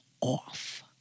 off